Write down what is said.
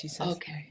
okay